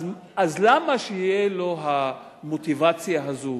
אז למה שתהיה לו המוטיבציה הזאת